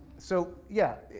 so yeah,